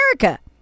america